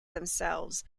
themselves